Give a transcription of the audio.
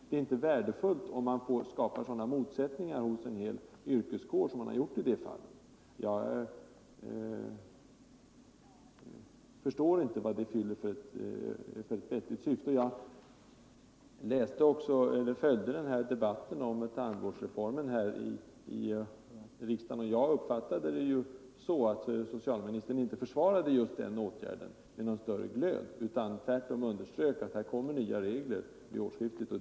Det är inte värdefullt om man skapar sådana motsättningar gentemot en yrkeskår som man gjort i det här fallet. Jag följde debatten om tandvårdsreformen i riksdagen, och jag uppfattade det så att socialministern inte försvarade just åtgärden med etableringsstopp för tandläkare med någon större glöd, utan tvärtom underströk att nya regler kommer vid årsskiftet.